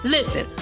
Listen